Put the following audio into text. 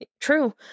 True